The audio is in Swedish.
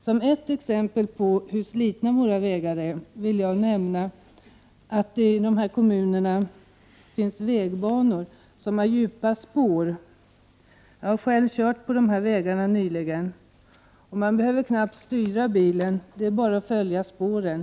Som ett exempel på hur slitna våra vägar är, vill jag nämna att det i dessa kommuner finns vägbanor som har djupa spår. Jag har själv nyligen kört på de här vägarna. Man behöver knappt styra bilen. Det är bara att följa spåren.